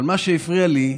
אבל מה שהפריע לי זה,